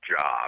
job